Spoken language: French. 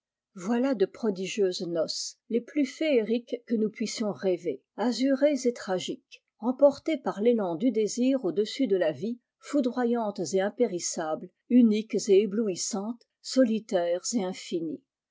voilà de prodigieuses noces les plus féeriques que nous puissions rêver azurées et tragiques emportées par l'élan du désir au-dessus de la vie foudroyantes et impérissables uniques et éblouissantes solitaires et infinies